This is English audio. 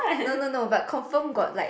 no no no but confirm got like